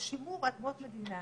לשימור אדמות מדינה